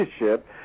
leadership